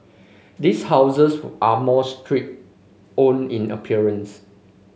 these houses are more stripped own in appearance